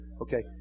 Okay